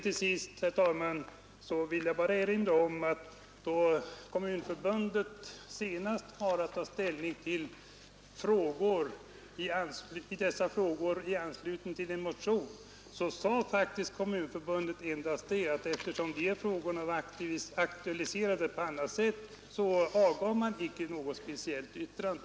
Till sist, herr talman, vill jag erinra om att då Kommunförbundet senast hade att ta ställning till dessa frågor i anslutning till en motion sade Kommunförbundet endast att eftersom dessa frågor är aktualiserade på annat sätt ville man inte avge något speciellt yttrande.